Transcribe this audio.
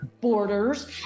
borders